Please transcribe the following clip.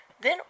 Then